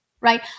right